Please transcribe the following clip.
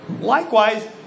Likewise